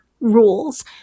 rules